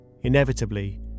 Inevitably